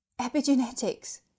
Epigenetics